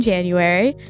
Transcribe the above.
January